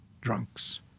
drunks